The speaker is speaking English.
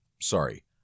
sorry